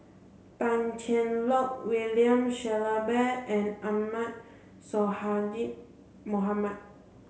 Tan Cheng Lock William Shellabear and Ahmad Sonhadji Mohamad